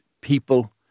people